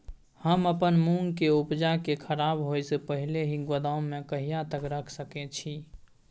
हम अपन मूंग के उपजा के खराब होय से पहिले ही गोदाम में कहिया तक रख सके छी?